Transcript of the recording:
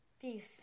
Peace